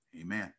amen